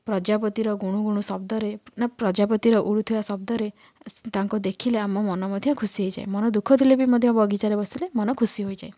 ପ୍ରଜାପତିର ଗୁଣୁ ଗୁଣୁ ଶବ୍ଦରେ ନା ପ୍ରଜାପତିର ଉଡ଼ୁଥୁବା ଶବ୍ଦରେ ତାଙ୍କୁ ଦେଖିଲେ ଆମ ମନ ମଧ୍ୟ ଖୁସି ହେଇଯାଏ ମନ ଦୁଃଖ ଥିଲେ ବି ମଧ୍ୟ ବଗିଚାରେ ବସିଲେ ମନ ଖୁସି ହୋଇଯାଏ